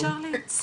אי אפשר לייצא.